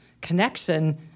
connection